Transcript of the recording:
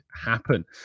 happen